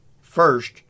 First